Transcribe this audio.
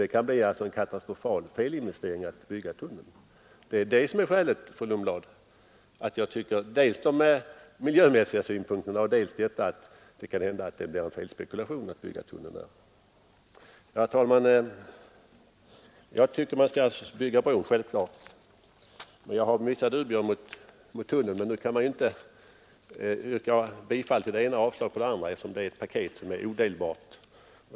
Det kan alltså bli en katastrofal felinvestering att bygga en tunnel. Det är alltså, fru Lundblad, dels de miljömässiga aspekterna, dels risken för att det blir en felspekulation som gör att jag är emot en tunnel. Jag tycker att det är självklart att man skall bygga en bro, men jag har vissa dubier mot tunneln. Nu kan man emellertid inte yrka bifall till det ena och avslag på det andra, eftersom det är ett paket som är odelbart.